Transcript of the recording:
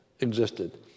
existed